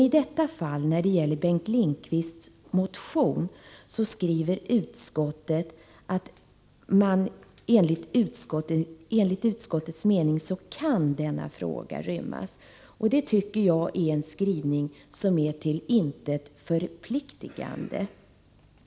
I detta fall, när det gäller Bengt Lindqvists motion, skriver utskottet att denna fråga enligt utskottets mening kan rymmas inom den av socialministern aviserade rehabiliteringsutredningen. Det tycker jag är en skrivning som är till intet förpliktande.